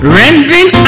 rendering